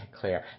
clear